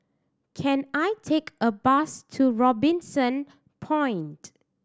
can I take a bus to Robinson Point